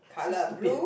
so stupid